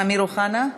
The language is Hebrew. אמיר אוחנה,